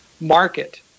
market